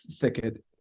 thicket